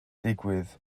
digwydd